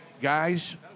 guys